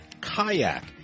Kayak